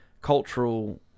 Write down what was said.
cultural